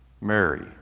Mary